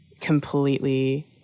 completely